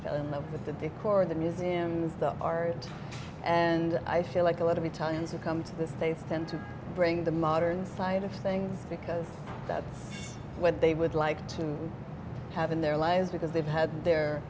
fell in love with the decor the museums the art and i feel like a lot of italians who come to the states tend to bring the modern side of things because that's what they would like to have in their lives because they've had their